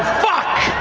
fuck!